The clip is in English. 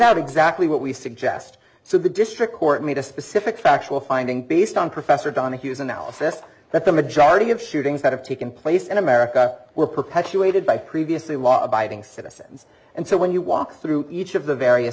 out exactly what we suggest so the district court made a specific factual finding based on professor donahue's analysis that the majority of shootings that have taken place in america were perpetuated by previously law abiding citizens and so when you walk through each of the various